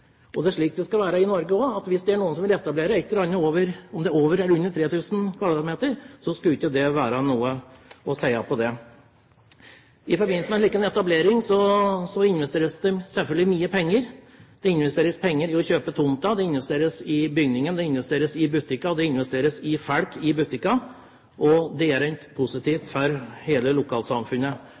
dag. Det er slik det skal være i Norge også. Hvis det er noen som vil etablere et eller annet, om det er over eller under 3 000 m2, skulle det ikke være noe å si til det. I forbindelse med en slik etablering investeres det selvfølgelig mye penger. Det investeres penger i å kjøpe tomten, i bygningen, i butikkene, og det investeres i folk i butikkene. Det er bare positivt for hele lokalsamfunnet.